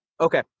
okay